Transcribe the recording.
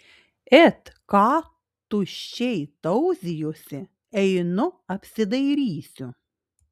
et ką tuščiai tauzijusi einu apsidairysiu